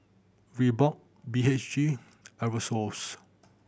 Reebok B H G Aerosoles